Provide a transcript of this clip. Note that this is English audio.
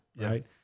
right